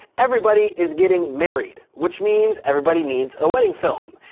everybody is getting married, which means everybody needs a wedding film.